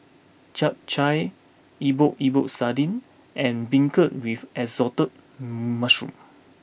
Chap Chai Epok Epok Sardin and Beancurd with Assorted Mushroom